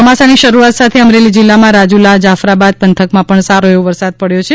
ચોમાસાની શરૂઆત સાથે અમરેલી જીલ્લામાં રાજુલા જાફરાબાદ પંથકમાં સારો એવો વરસાદ પડ્યો છે